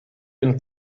been